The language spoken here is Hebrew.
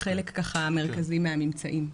זה חלק מרכזי מהממצאים.